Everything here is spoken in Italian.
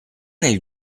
nel